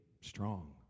strong